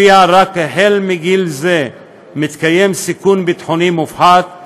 שרק מגיל זה מתקיים סיכון ביטחוני מופחת,